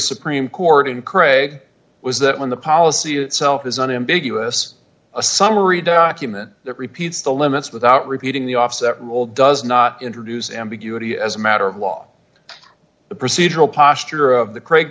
supreme court in craig was that when the policy itself is unambiguous a summary document that repeats the limits without repeating the offset role does not introduce ambiguity as a matter of law the procedural posture of the craig